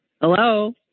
Hello